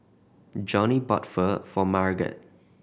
Johnnie bought Pho for Marget